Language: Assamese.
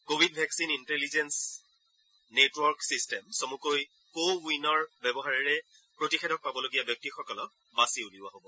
Covid vaccine intelligence network system চমুকৈ কো উইনৰ ব্যৱহাৰেৰে প্ৰতিষেধক পাবলগীয়া ব্যক্তিসকলক বাচি উলিওৱা হ'ব